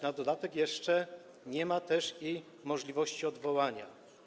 Na dodatek jeszcze nie ma możliwości odwołania.